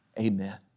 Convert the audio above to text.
amen